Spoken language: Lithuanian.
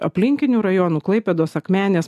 aplinkinių rajonų klaipėdos akmenės